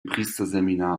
priesterseminar